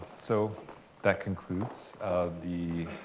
so that concludes the